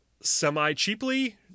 semi-cheaply